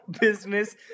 business